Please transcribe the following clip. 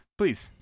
Please